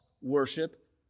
worship